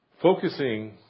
focusing